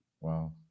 wow